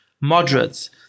moderates